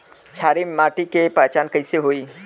क्षारीय माटी के पहचान कैसे होई?